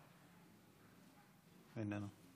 איננו.